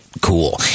cool